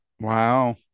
wow